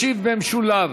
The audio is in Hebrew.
ישיב במשולב